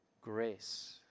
Grace